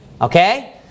Okay